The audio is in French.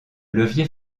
levier